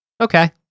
Okay